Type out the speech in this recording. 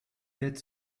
dettes